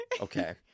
Okay